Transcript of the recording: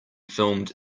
filmed